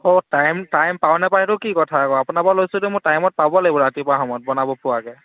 time time পাওঁ নাপাওঁ সেইটো কি কথা আকৌ আপোনাৰপৰা লৈছোঁ মই টাইমত পাব লাগিব ৰাতিপুৱা সময়ত বনাব পোৱাকৈ